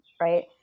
Right